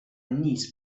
niece